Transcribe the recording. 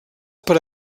per